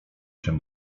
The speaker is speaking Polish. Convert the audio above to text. czym